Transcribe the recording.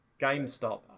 GameStop